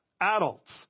adults